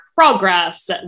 progress